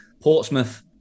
Portsmouth